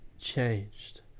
changed